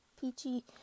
peachy